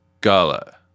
Gala